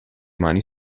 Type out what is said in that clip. mani